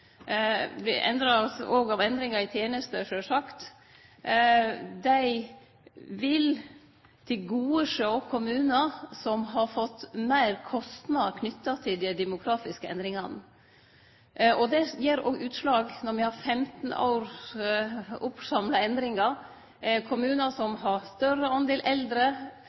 og av endringar i tenester, sjølvsagt. Dei vil tilgodesjå kommunar som har fått meir kostnad knytt til dei demografiske endringane. Det gjer òg utslag når me har 15 års oppsamla endringar. Kommunar som har høgare tal eldre,